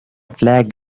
flag